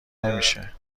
نمیشه